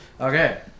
Okay